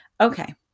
okay